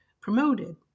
promoted